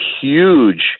huge